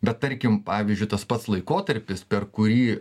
bet tarkim pavyzdžiui tas pats laikotarpis per kurį